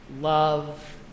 Love